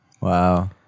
Wow